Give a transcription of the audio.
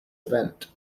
event